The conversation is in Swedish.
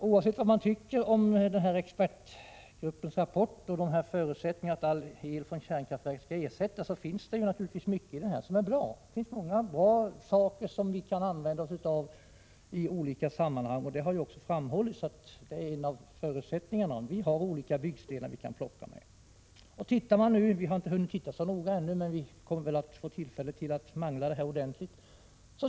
Oavsett vad man tycker om expertgruppens rapport och förutsättningen 155 att all el från kärnkraft skall ersättas finns det naturligtvis mycket i den som är bra och som vi kan använda oss av i olika sammanhang. Det har också framhållits att det är en av förutsättningarna — vi har olika byggstenar vi kan plocka med. Vi har inte hunnit titta så noga ännu, men vi kommer att få tillfälle att mangla det hela ordentligt.